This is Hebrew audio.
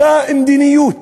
אותה מדיניות,